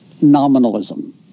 nominalism